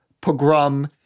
pogrom